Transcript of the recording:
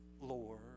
Lord